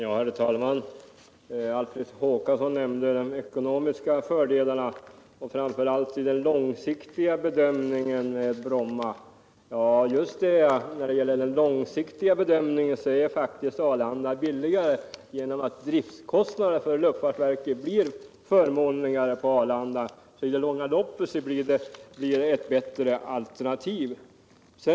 Herr talman! Alfred Håkansson nämnde de ekonomiska fördelarna med Bromma, framför allt i den långsiktiga bedömningen. Men när det gäller den långsiktiga bedömningen är faktiskt Arlanda billigare genom att driftkostnaderna för luftfartsverket blir förmånligare. I det långa loppet är Arlanda ett bättre alternativ.